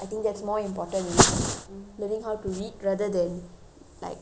learning how to read rather than like whatever english things I'm teaching